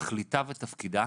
תכליתה ותפקידה